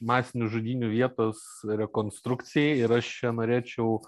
masinių žudynių vietos rekonstrukcijai ir aš čia norėčiau